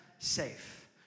safe